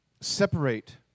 separate